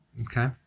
Okay